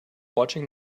watching